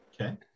Okay